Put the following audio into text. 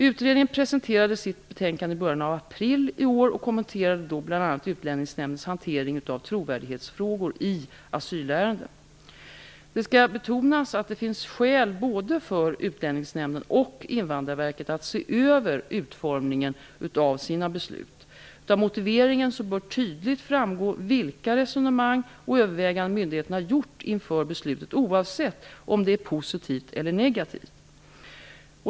Utredningen presenterade sitt betänkande i början av april i år och kommenterade då bl.a. Utlänningsnämndens hantering av trovärdighetsfrågor i asylärenden. Det skall betonas att det finns skäl för både Utlänningsnämnden och Invandrarverket att se över utformningen av sina beslut. Av motiveringen bör tydligt framgå vilka resonemang och överväganden som myndigheten har gjort inför beslutet, oavsett om det är positivt eller negativt.